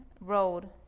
road